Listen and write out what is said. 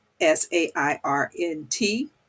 S-A-I-R-N-T